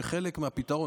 כשחלק מהפתרון,